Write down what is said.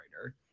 writer